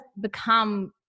become